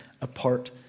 apart